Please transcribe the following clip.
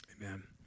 Amen